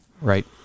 Right